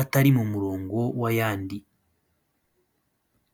atari mu murongo w'ayandi.